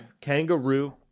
Kangaroo